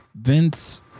Vince